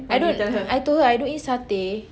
I don't I told her I don't eat satay